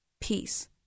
peace